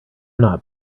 not